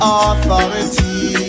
authority